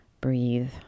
breathe